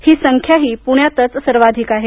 ही संख्याही पुण्यातच सर्वाधिक आहे